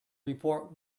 report